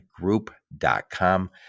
Group.com